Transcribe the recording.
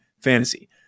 Fantasy